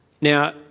Now